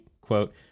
quote